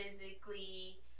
physically